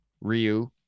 Ryu